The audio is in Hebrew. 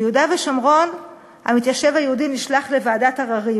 ביהודה ושומרון המתיישב היהודי נשלח לוועדת עררים.